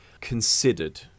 considered